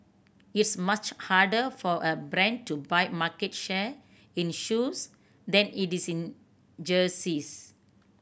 it's much harder for a brand to buy market share in shoes than it is in jerseys